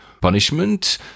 punishment